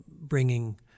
bringing